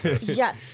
Yes